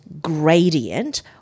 gradient